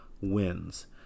wins